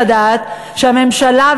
לדעת שהממשלה,